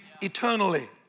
eternally